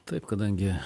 taip kadangi